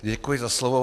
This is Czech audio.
Děkuji za slovo.